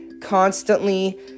constantly